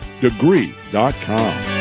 Degree.com